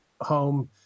home